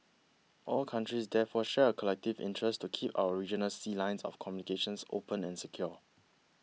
all countries therefore share a collective interest to keep our regional sea lines of communications sopen and secure